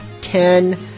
ten